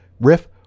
riff